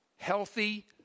Healthy